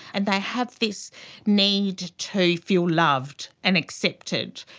and they have this need to feel loved and accepted,